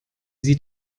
sieht